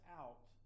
out